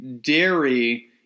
dairy